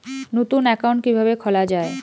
নতুন একাউন্ট কিভাবে খোলা য়ায়?